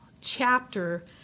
chapter